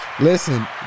Listen